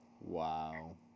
Wow